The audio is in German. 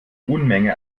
unmenge